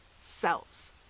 selves